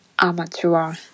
amateur